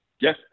Yes